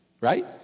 Right